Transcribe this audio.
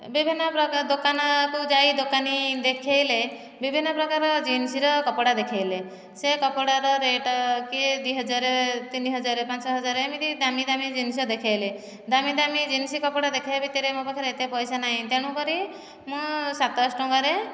ବିଭିନ୍ନ ପ୍ରକାର ଦୋକାନକୁ ଯାଇ ଦୋକାନୀ ଦେଖାଇଲେ ବିଭିନ୍ନ ପ୍ରକାର ଜିନ୍ସର କପଡ଼ା ଦେଖାଇଲେ ସେ କପଡ଼ାର ରେଟ୍ କିଏ ଦୁଇ ହଜାର ତିନି ହଜାର ପାଞ୍ଚ ହଜାର ଏମିତି ଦାମୀ ଦାମୀ ଜିନିଷ ଦେଖାଇଲେ ଦାମୀ ଦାମୀ ଜିନ୍ସ କପଡ଼ା ଦେଖାଇବା ଭିତରେ ମୋତେ ମୋ ପାଖରେ ଏତେ ପଇସା ନାହିଁ ତେଣୁ କରି ମୁଁ ସାତଶହ ଟଙ୍କାରେ